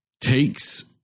Takes